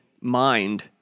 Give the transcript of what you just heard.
mind